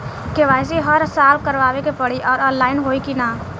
KYC हर साल करवावे के पड़ी और ऑनलाइन होई की ना?